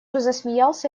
засмеялся